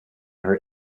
her